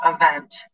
event